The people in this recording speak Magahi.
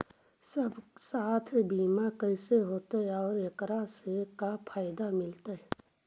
सवासथ बिमा कैसे होतै, और एकरा से का फायदा मिलतै?